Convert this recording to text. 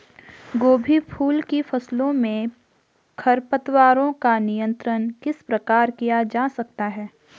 गोभी फूल की फसलों में खरपतवारों का नियंत्रण किस प्रकार किया जा सकता है?